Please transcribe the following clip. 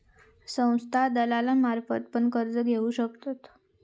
संस्था दलालांमार्फत पण कर्ज घेऊ शकतत